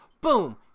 Boom